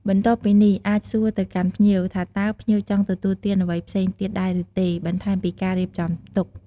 បន្ទាប់ពីនេះ អាចសួរទៅកាន់ភ្ញៀវ ថាតើភ្ញៀវចង់ទទួលទានអ្វីផ្សេងទៀតដែរឬទេ បន្ថែមពីការរៀបចំទុក ។